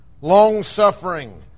long-suffering